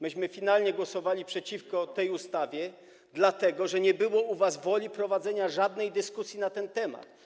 Myśmy finalnie głosowali przeciwko tej ustawie, dlatego że nie było u was woli prowadzenia żadnej dyskusji na ten temat.